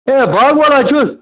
ہے باگوان ہَہ چھُس